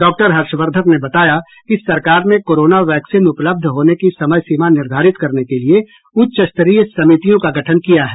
doctor Harsh Vardhan ने बताया कि सरकार ने कोरोना वैक्सीन उपलब्ध होने की समयसीमा निर्धारित करने के लिए उच्च स्तरीय समितियों का गठन किया है